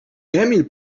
emil